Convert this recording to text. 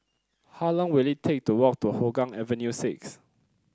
how long will it take to walk to Hougang Avenue six